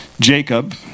Jacob